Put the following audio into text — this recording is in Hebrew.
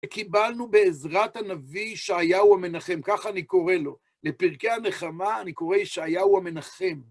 וקיבלנו בעזרת הנביא ישעיהו המנחם, כך אני קורא לו. לפרקי הנחמה אני קוראי ישעיהו המנחם.